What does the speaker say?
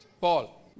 Paul